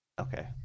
Okay